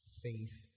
Faith